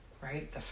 right